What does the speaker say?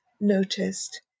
noticed